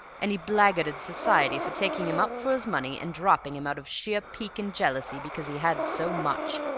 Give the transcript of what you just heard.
and he blackguarded society for taking him up for his money and dropping him out of sheer pique and jealousy because he had so much.